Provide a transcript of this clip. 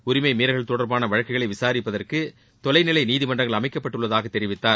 உரிமை மீறல்கள் தொடர்பான வழக்குகளை விசாரிப்பதற்கு தொலை நிலை நீதிமன்றங்கள் அமைக்கப்பட்டுள்ளதாகத் தெரிவித்தார்